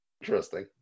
interesting